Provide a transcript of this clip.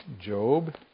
Job